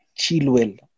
Chilwell